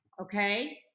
Okay